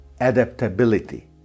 adaptability